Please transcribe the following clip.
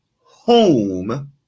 home